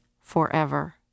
forever